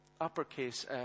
uppercase